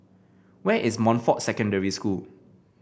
where is Montfort Secondary School